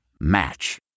match